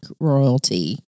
royalty